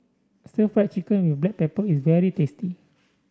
Stir Fried Chicken with Black Pepper is very tasty